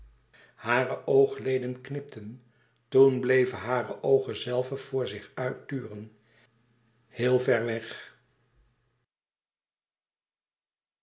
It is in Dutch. hare oogleden knipten toen bleven hare oogen zelve voor zich uit turen heel ver weg